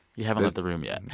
you haven't left the room yet.